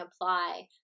apply